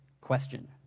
question